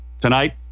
Tonight